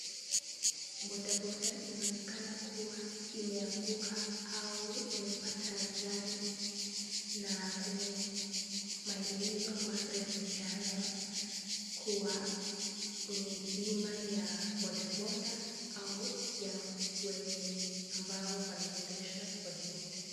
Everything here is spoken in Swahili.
Bodaboda inaonekana kuwa imeanguka au imepata ajali na kwenye maelezo ambayo yamepeanwa kuwa ni bima ya bodaboda au ya wenye ambao wanaendesha bodaboda .